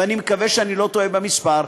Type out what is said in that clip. ואני מקווה שאני לא טועה במספר,